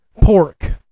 pork